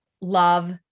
love